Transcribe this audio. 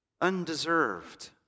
Undeserved